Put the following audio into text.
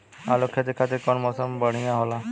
आलू के खेती खातिर कउन मौसम बढ़ियां होला?